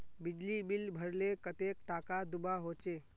बिजली बिल भरले कतेक टाका दूबा होचे?